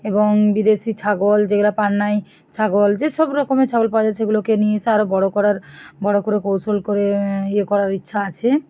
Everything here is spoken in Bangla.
এবং বিদেশি ছাগল যেগুলা পান্নায় ছাগল যেসব রকমের ছাগল পাওয়া যায় সেগুলোকে নিয়ে এসে আরও বড়ো করার বড়ো করে কৌশল করে ইয়ে করার ইচ্ছা আছে